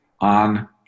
on